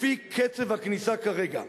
לפי קצב הכניסה כרגע,